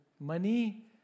money